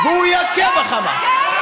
והוא יכה בחמאס.